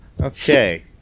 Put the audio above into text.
Okay